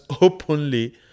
openly